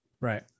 Right